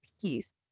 peace